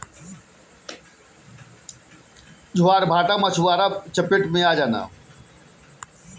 ज्वारभाटा के चपेट में बहुते मछुआरा आ जात हवन